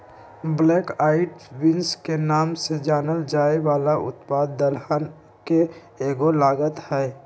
black eyed beans के नाम से जानल जाये वाला उत्पाद दलहन के एगो लागत हई